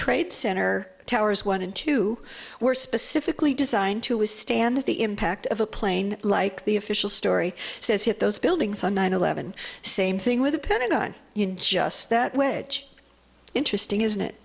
trade center towers one and two were specifically designed to withstand the impact of a plane like the official story says hit those buildings on nine eleven same thing with the pentagon just that wage interesting isn't it